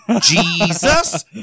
Jesus